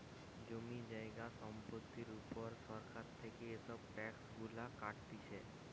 জমি জায়গা সম্পত্তির উপর সরকার থেকে এসব ট্যাক্স গুলা কাটতিছে